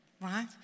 right